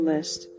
List